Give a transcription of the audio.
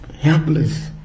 helpless